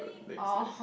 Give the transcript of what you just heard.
oh